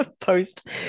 post